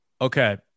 okay